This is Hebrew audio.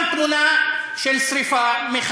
טיבי, אתם באמת שורפים.